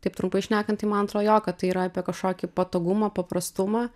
taip trumpai šnekant tai man atro jo kad tai yra apie kažkokį patogumą paprastumą